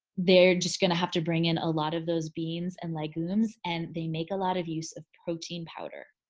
they're just gonna have to bring in a lot of those beans and legumes and they make a lot of use of protein powder.